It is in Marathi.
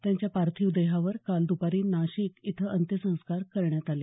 त्यांच्या पार्थिव देहावर काल दुपारी नाशिक इथं अंत्यसंस्कार करण्यात आले